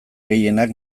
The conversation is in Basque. gehienak